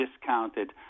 discounted